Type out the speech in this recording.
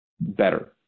better